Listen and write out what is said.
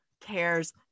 cares